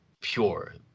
pure